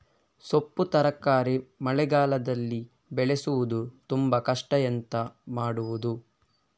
ಸೊಪ್ಪು ತರಕಾರಿ ಮಳೆಗಾಲದಲ್ಲಿ ಬೆಳೆಸುವುದು ತುಂಬಾ ಕಷ್ಟ ಎಂತ ಮಾಡಬಹುದು?